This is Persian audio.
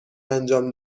انجام